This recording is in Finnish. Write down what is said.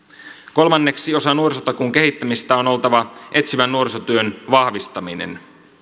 kolmanneksi osa nuorisotakuun kehittämistä on oltava etsivän nuorisotyön vahvistaminen